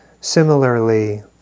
Similarly